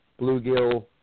bluegill